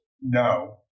no